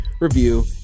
review